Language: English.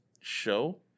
show